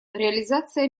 реализация